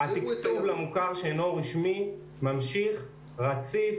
התקצוב למוכר שאינו רשמי ממשיך רציף,